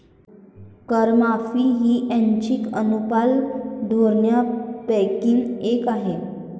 करमाफी ही ऐच्छिक अनुपालन धोरणांपैकी एक आहे